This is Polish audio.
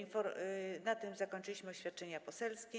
Na tym zakończyliśmy oświadczenia poselskie.